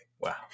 Wow